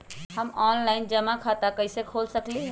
हम ऑनलाइन जमा खाता कईसे खोल सकली ह?